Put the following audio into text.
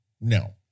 no